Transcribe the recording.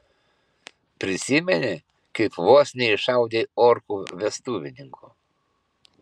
prisimeni kaip vos neiššaudei orkų vestuvininkų